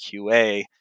QA